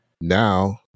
now